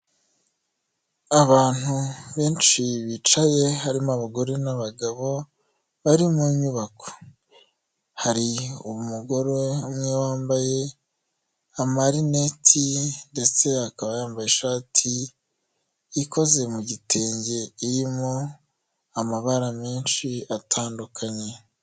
Abantu benshi bicaye harimo abagore n'abagabo, bari mu nyubako. Hari umugore umwe wambaye amarineti ndetse akaba yambaye ishati, ikoze mu gitenge irimo amabara menshi atandukanye.